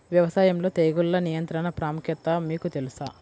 వ్యవసాయంలో తెగుళ్ల నియంత్రణ ప్రాముఖ్యత మీకు తెలుసా?